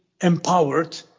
empowered